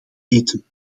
eten